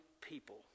people